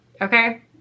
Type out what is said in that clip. Okay